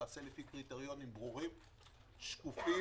תיעשה לפי קריטריונים ברורים, שקופים,